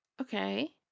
Okay